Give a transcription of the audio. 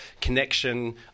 connection